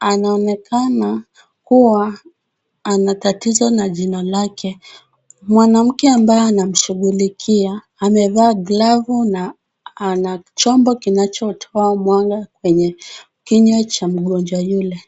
anaoneka kuwa na tatizo na jino lake. Mwanamke ambaye anamshughulikia amevaa glavu, na ana chombo kinachotoa mwanga kwenye kinywa cha mgonjwa yule.